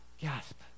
Gasp